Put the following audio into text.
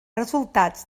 resultats